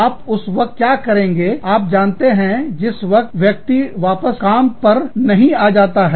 आप उस वक्त का क्या करेंगे आप जानते हैं जिस वक्त व्यक्ति वापस काम पर नहीं आ जाता है